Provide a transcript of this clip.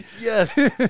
Yes